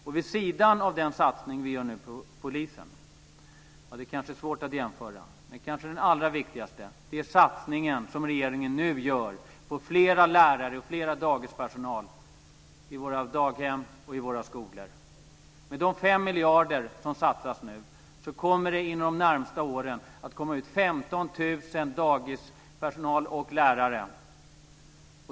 Men vid sidan av den satsning som regeringen gör på polisen så är kanske den allra viktigaste satsningen den som regeringen nu gör på fler lärare och mer dagispersonal i våra daghem och i våra skolor. Med de fem miljarder som satsas nu kommer det inom de närmaste åren att komma ut 15 000 dagisanställda och lärare.